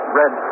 red